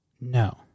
No